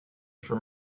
from